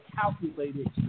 calculated